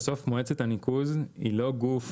מועצת הניקוז היא לא גוף